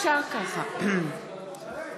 אפשר, (קוראת בשמות חברי הכנסת)